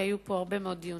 כי היו פה הרבה מאוד דיונים,